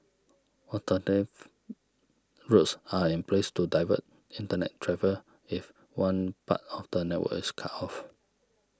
alternative routes are in place to divert Internet travel if one part of the network is cut off